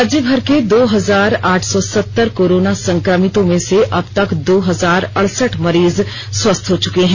राज्य भर के दो हजार आठ सौ सतर कोरोना संक्रमितों में से अब तक दो हजार अड़सठ मरीज स्वस्थ हो चुके हैं